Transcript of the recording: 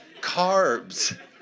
Carbs